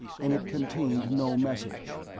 and it contained no message.